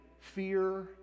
fear